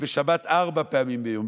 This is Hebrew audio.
ובשבת ארבע פעמים ביום,